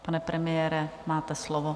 Pane premiére, máte slovo.